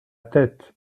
tête